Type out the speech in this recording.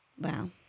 Wow